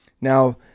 Now